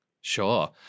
Sure